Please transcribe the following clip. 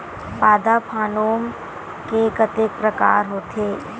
पादप हामोन के कतेक प्रकार के होथे?